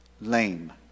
lame